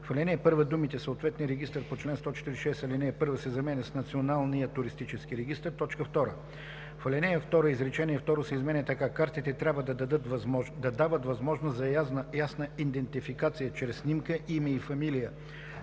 В ал. 1 думите „съответния регистър по чл. 146, ал. 1“ се заменят с „Националния туристически регистър“. 2. В ал. 2 изречение второ се изменя така: „Картите трябва да дават възможност за ясна идентификация чрез снимка, име и фамилия